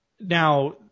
Now